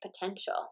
potential